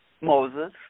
Moses